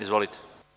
Izvolite.